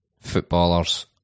footballers